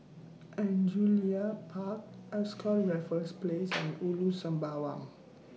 Angullia Park Ascott Raffles Place and Ulu Sembawang